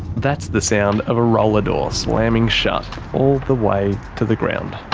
that's the sound of a roller door slamming shut. all the way to the ground.